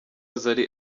zari